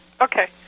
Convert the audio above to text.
Okay